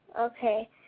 Okay